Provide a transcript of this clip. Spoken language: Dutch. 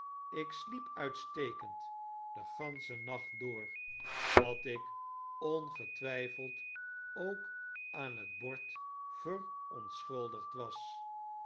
ik sliep uitstekend den ganschen nacht door dat ik ongetwijfeld ook aan het bord verschuldigd was